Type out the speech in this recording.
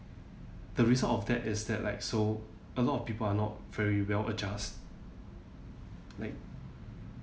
the result of that is that like so a lot of people are not very well adjust like